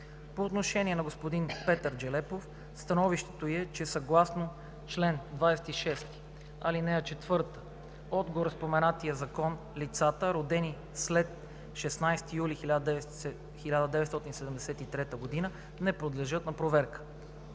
По отношение на господин Петър Джелепов становището ѝ е, че съгласно чл. 26, ал. 4 от горецитирания закон лицата, родени след 16 юли 1973 г., не подлежат на проверка.